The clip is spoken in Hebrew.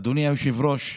אדוני היושב-ראש,